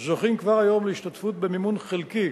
זוכים כבר היום להשתתפות במימון חלקי